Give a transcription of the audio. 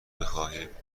بخواهید